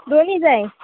दोनी जाय